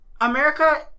America